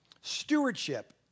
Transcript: Stewardship